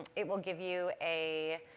it will give you a